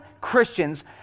Christians